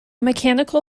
mechanical